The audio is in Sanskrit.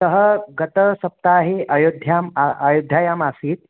सः गतसप्ताहे अयोध्याम् आयोध्यायामासीत्